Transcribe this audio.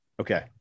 Okay